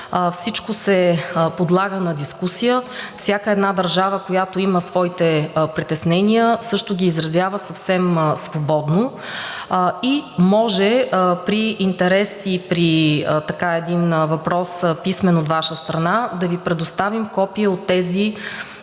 всичко се подлага на дискусия. Всяка една държава, която има своите притеснения, също ги изразява съвсем свободно. При интерес и при един писмен въпрос от Ваша страна можем да Ви предоставим копие от тези